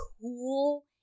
cool